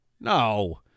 no